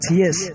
yes